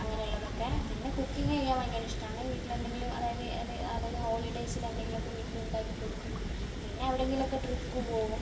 അങ്ങനെയുള്ളതൊക്കെ പിന്നെ കുക്കിംഗ് ചെയ്യാൻ ഭയങ്കര ഇഷ്ടാണ് വീട്ടിലെന്തെങ്കിലും അതായത് അതായത് ഹോളിഡേയ്സില് എന്തെങ്കിലൊക്കെ വീട്ടിലുണ്ടാക്കിക്കൊടുക്കും പിന്നെ എവിടെങ്കിലൊക്കെ ട്രിപ്പ് പോകും